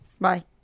Bye